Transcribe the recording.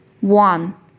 One